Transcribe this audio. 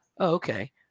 okay